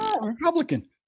Republican